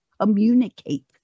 communicate